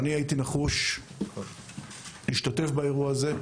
הייתי נחוש להשתתף באירוע הזה,